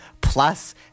plus